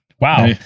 Wow